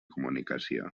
comunicació